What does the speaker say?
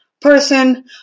person